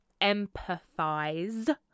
empathize